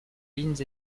lignes